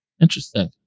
Interesting